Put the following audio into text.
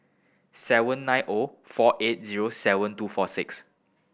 seven nine O four eight zero seven two four six